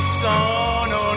sono